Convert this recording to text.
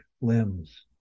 limbs